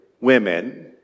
women